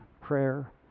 prayer